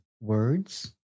words